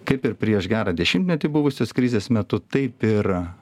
kaip ir prieš gerą dešimtmetį buvusios krizės metu taip ir